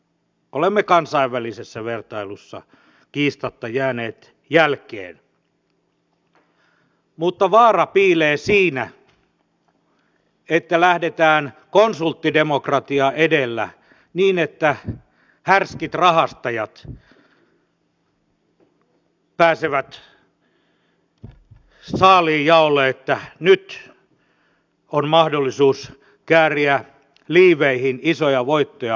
olemme kansainvälisessä vertailussa kiistatta jääneet jälkeen mutta vaara piilee siinä että lähdetään konsulttidemokratia edellä niin että härskit rahastajat pääsevät saaliinjaolle että nyt on mahdollisuus kääriä liiveihin isoja voittoja